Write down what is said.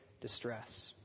distress